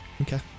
Okay